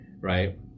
right